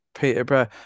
Peterborough